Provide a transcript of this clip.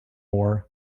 more